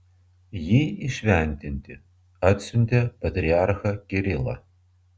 jį įšventinti atsiuntė patriarchą kirilą